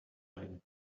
limb